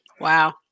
Wow